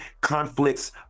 conflicts